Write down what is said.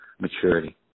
maturity